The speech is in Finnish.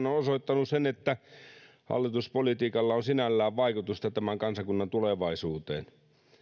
on osoittanut sen että hallituspolitiikalla on sinällään vaikutusta tämän kansakunnan tulevaisuuteen